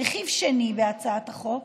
רכיב שני בהצעת החוק